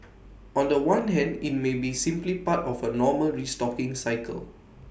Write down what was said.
on The One hand IT may be simply part of A normal restocking cycle